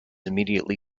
immediately